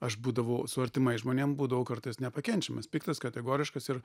aš būdavau su artimais žmonėm būdavau kartais nepakenčiamas piktas kategoriškas ir